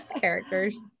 characters